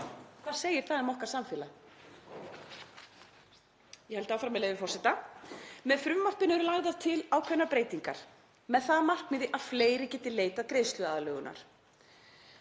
Hvað segir það um okkar samfélag? Ég held áfram, með leyfi forseta: „Með frumvarpinu eru lagðar til ákveðnar breytingar með það að markmiði að fleiri geti leitað greiðsluaðlögunar.“